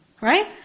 Right